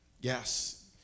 Yes